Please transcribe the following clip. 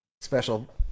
Special